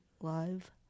Live